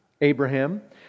Abraham